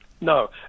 No